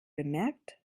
bemerkt